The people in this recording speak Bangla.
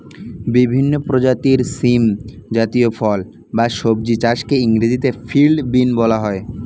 বিভিন্ন প্রজাতির শিম জাতীয় ফল বা সবজি চাষকে ইংরেজিতে ফিল্ড বিন বলা হয়